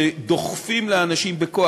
שדוחפים לאנשים בכוח,